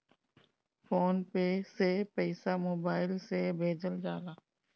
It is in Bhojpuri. फ़ोन पे से पईसा मोबाइल से भेजल जाला